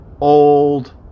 old